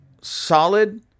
solid